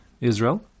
Israel